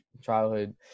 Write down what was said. childhood